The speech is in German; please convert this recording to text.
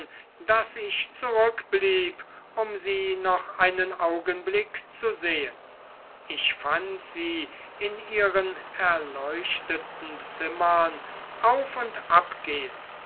daß ich zurückblieb um sie noch einen augenblick zu sehen ich fand sie in ihren erleuchteten zimmern auf und